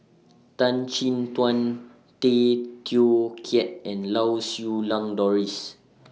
Tan Chin Tuan Tay Teow Kiat and Lau Siew Lang Doris